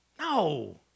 No